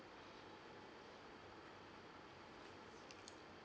uh